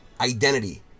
Identity